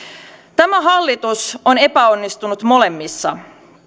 tämä hallitus on epäonnistunut molemmissa